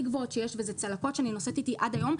גבוהות שיש וזה צלקות שאני נושאת איתי עד היום,